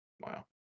Wow